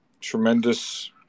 tremendous